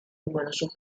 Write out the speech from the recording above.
numerosos